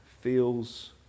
feels